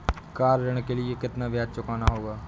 Car ऋण के लिए कितना ब्याज चुकाना होगा?